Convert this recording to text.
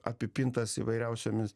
apipintas įvairiausiomis